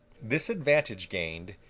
this advantage gained,